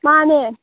ꯃꯥꯅꯦ